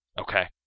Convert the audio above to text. Okay